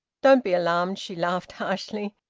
don't be alarmed, she laughed harshly.